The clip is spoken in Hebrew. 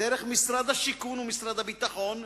דרך משרד השיכון ומשרד הביטחון,